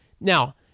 Now